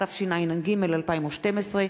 התשע"ג 2012,